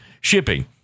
shipping